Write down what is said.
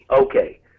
okay